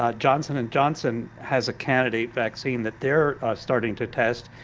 ah johnson and johnson has a candidate vaccine that they're starting to test,